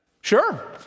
Sure